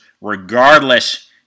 regardless